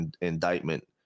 indictment